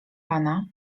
pana